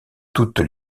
toutes